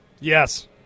Yes